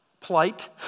plight